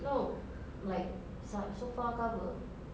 no like so~ sofa cover